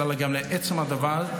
אלא גם לעצם הדבר,